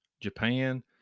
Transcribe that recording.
Japan